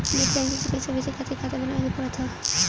net banking से पईसा भेजे खातिर खाता बानवे के पड़त हअ